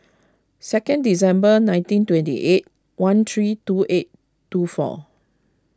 second December nineteen twenty eight one three two eight two four